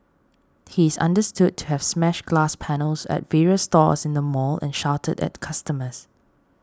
he is understood to have smashed glass panels at various stores in the mall and shouted at customers